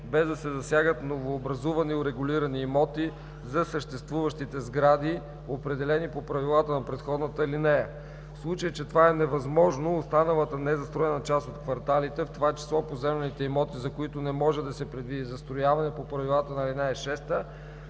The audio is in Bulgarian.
без да се засягат новообразувани урегулирани имоти за съществуващите сгради, определени по правилата на предходната алинея. В случай че това е невъзможно, останалата незастроена част от кварталите, в това число поземлените имоти, за които не може да се предвиди застрояване по правилата на ал. 6,